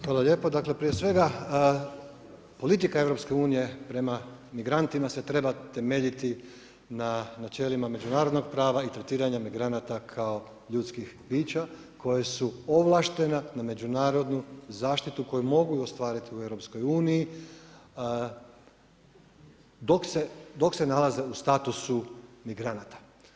Hvala lijepa, dakle prije svega politika EU prema migrantima se treba temeljiti na načelima međunarodnog prava i tretiranja migranata kao ljudskih bića koja su ovlaštena na međunarodnu zaštitu koju mogu ostvariti u EU dok se nalaze u statusu migranata.